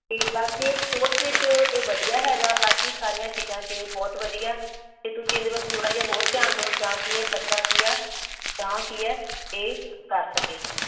ਅਤੇ ਬਾਕੀ ਇਹ ਸਪੋਰਟਸ ਵਿੱਚ ਇਹ ਵਧੀਆ ਹੈਗਾ ਬਾਕੀ ਸਾਰੀਆਂ ਚੀਜ਼ਾਂ 'ਚ ਇਹ ਬਹੁਤ ਵਧੀਆ ਅਤੇ ਤੁਸੀਂ ਇਹਦੇ ਵੱਲ ਥੋੜ੍ਹਾ ਜਿਹਾ ਹੋਰ ਧਿਆਨ ਦਿਓ ਜਾਂ ਕਿ ਇਹ ਬੱਚਾ ਕੀ ਆ ਤਾਂ ਕੀ ਹੈ ਇਹ ਕਰ ਸਕੇ